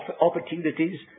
opportunities